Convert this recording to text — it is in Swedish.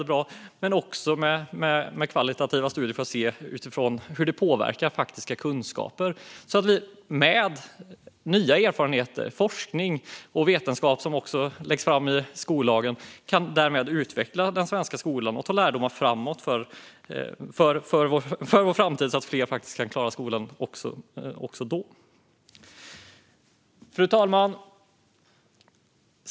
Det behövs också kvalitativa studier för att se hur detta påverkar de faktiska kunskaperna, så att vi med nya erfarenheter, forskning och vetenskap - som det också sägs i skollagen - kan utveckla den svenska skolan och dra lärdomar för vår för vår framtid så att fler kan klara skolan. Fru talman!